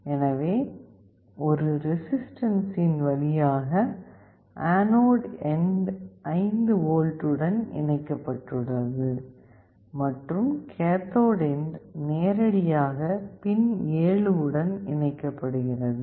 எனவே ஒரு ரெசிஸ்டன்ஸின் வழியாக ஆனோட் எண்ட் 5 V உடன் இணைக்கப்பட்டுள்ளது மற்றும் கேத்தோடு எண்ட் நேரடியாக பின் 7 உடன் இணைக்கப்பட்டுள்ளது